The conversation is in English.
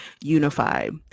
unified